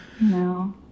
No